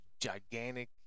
gigantic